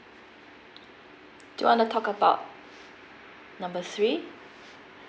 do you wanna talk about number three